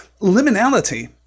Liminality